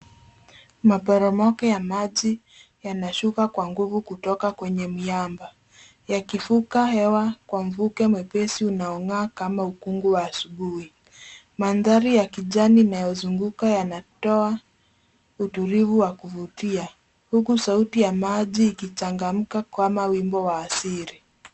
Maporomoko ya maji yanashuka kwa nguvu kutoka kwenye miamba yakivuka hewa kwa mvuke mwepesi unaongaa kama ukungu wa asubuhi. Mandhari ya kijani unayozunguka yanatoa utulivu wa kuvutia huku sauti ya maji ikichangamka kama wimbo wa asili.